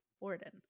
Borden